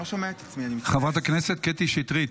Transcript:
------ חברת הכנסת קטי שטרית.